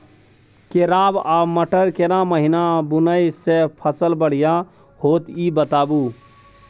केराव आ मटर केना महिना बुनय से फसल बढ़िया होत ई बताबू?